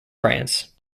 france